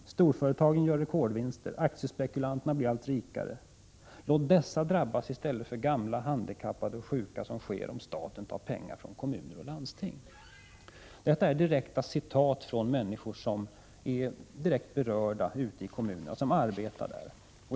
Storföretagen gör rekordvinster, aktiespekulanterna blir allt rikare. Låt dessa drabbas istället för gamla, handikappade och sjuka som sker om staten tar pengar från kommuner och landsting.” Detta är direkta citat av vad människor har sagt som arbetar i kommunerna och är direkt berörda.